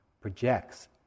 projects